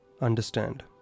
understand